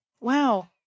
Wow